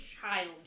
child